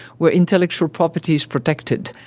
where intellectual property is protected,